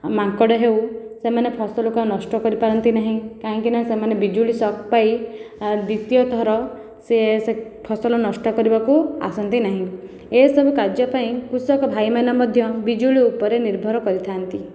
ମାଙ୍କଡ଼ ହେଉ ସେମାନେ ଫସଲକୁ ଆଉ ନଷ୍ଟ କରିପାରନ୍ତି ନାହିଁ କାହିଁକି ନା ସେମାନେ ବିଜୁଳି ସକ୍ ପାଇଁ ଦ୍ୱିତୀୟ ଥର ସେ ସେ ଫସଲ ନଷ୍ଟ କରିବାକୁ ଆସନ୍ତି ନାହିଁ ଏସବୁ କାର୍ଯ୍ୟ ପାଇଁ କୃଷକ ଭାଇମାନେ ମଧ୍ୟ ବିଜୁଳି ଉପରେ ନିର୍ଭର କରିଥାନ୍ତି